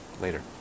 later